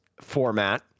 format